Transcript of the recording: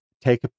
take